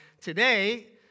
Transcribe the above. today